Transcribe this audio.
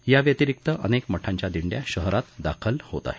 याव्यतिरिक्त अनेक मठांच्या दिंड्या शहरात दाखल होत आहेत